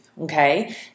okay